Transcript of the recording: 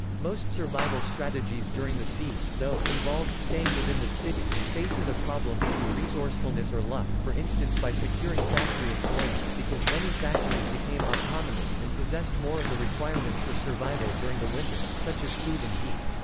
most survival strategies during the siege, though, involved staying within the city and facing the problems through resourcefulness or luck for instance by securing factory employment, because many factories became autonomous and possessed more of the requirements for survival during the winter, such as food and heat.